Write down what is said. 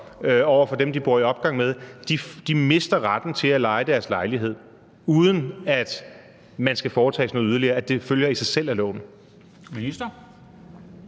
over for dem, de bor i opgang med, mister retten til at leje deres lejlighed, uden at man skal foretage sig noget yderligere, altså at det følger af sig selv af loven.